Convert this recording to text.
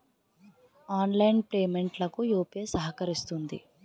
online payment లకు UPI సహకరిస్తుంది